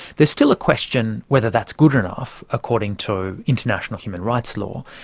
there's still a question whether that's good enough, according to international human rights law,